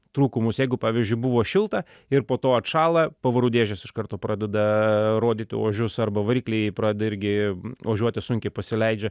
trūkumus jeigu pavyzdžiui buvo šilta ir po to atšąla pavarų dėžės iš karto pradeda rodyt ožius arba varikliai pradeda irgi ožiuotis sunkiai pasileidžia